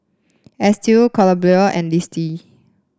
Estill Columbia and Litzy